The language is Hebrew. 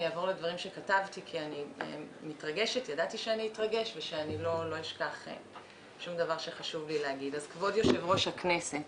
אעבור לדברים שכתבתי כי אני מתרגשת: כבוד יושב ראש הכנסת,